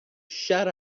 shut